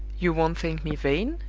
you won't think me vain?